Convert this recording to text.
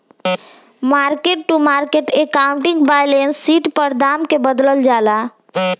market to market accounting balance sheet पर दाम के बदलल जाला